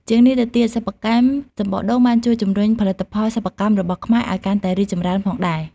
ជាងនេះទៅទៀត សិប្បកម្មសំបកដូងបានជួយជំរុញផលិតផលសិប្បកម្មរបស់ខ្មែរឲ្យកាន់តែរីកចម្រើនផងដែរ។